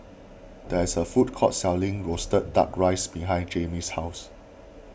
there is a food court selling Roasted Duck Rice behind Jaimie's house